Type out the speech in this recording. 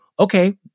okay